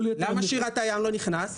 כל יתר --- למה שירת הים לא נכנס?